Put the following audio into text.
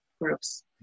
groups